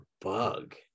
bug